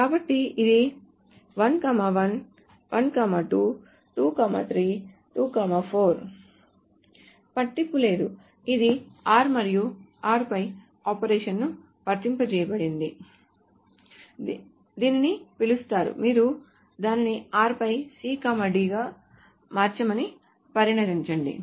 కాబట్టి ఇది 1 1 1 2 2 3 2 4 పట్టింపు లేదు ఇది r మరియు r పై ఆపరేషన్ ను వర్తింపచేయండి దీనిని పిలుస్తారు మీరు దానిని r ఫై C D గా మార్చామని పరిగణించండి